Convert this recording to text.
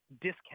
discount